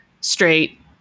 straight